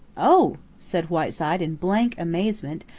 oh! said whiteside in blank amazement,